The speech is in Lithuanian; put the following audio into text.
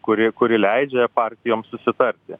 kuri kuri leidžia partijoms susitarti